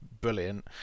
brilliant